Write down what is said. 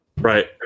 Right